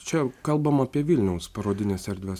čia kalbam apie vilniaus parodines erdves